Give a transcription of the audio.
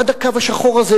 עד הקו השחור הזה,